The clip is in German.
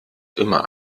immer